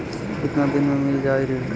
कितना दिन में मील जाई ऋण?